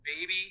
Baby